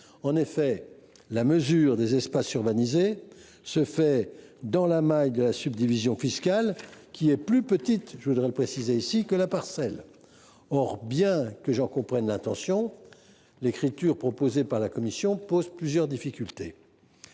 En effet, la mesure des espaces urbanisés se fait dans la maille de la subdivision fiscale, qui est plus petite, je le précise, que celle de la parcelle cadastrale. Or, bien que j’en comprenne l’intention, l’écriture proposée par la commission pose plusieurs difficultés.